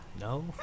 No